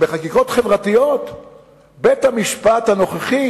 שבחקיקות חברתיות בית-המשפט הנוכחי